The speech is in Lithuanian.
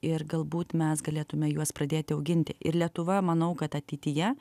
ir galbūt mes galėtume juos pradėti auginti ir lietuva manau kad ateityje